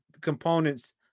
components